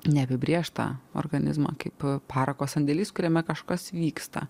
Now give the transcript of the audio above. neapibrėžtą organizmą kaip parako sandėlis kuriame kažkas vyksta